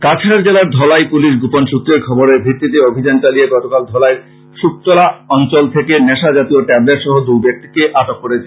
কাছাড় জেলার ধলাই পুলিশ গোপন সুত্রের খবরের ভিত্তিতে অভিযান চালিয়ে গতকাল ধলাইর শুকতলা অঞ্চল থেকে নেশাজাতীয় টেবলেট সহ দুই ব্যাক্তিকে আটক করেছে